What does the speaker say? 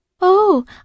Oh